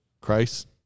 Christ